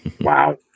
Wow